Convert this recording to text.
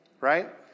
right